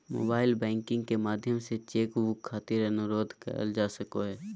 mobile banking के माध्यम से चेक बुक खातिर अनुरोध करल जा सको हय